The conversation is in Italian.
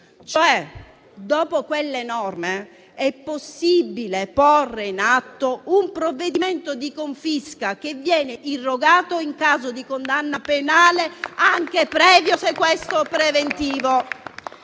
parole, dopo quelle norme, è possibile porre in atto un provvedimento di confisca che viene irrogato in caso di condanna penale, anche previo sequestro preventivo.